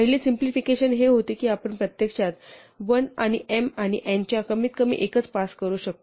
पहिले सिम्पलीफिकेशन हे होते की आपण प्रत्यक्षात 1 आणि m आणि n च्या कमीतकमी एकच पास करू शकतो